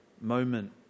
moment